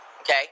Okay